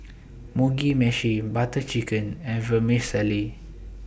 Mugi Meshi Butter Chicken and Vermicelli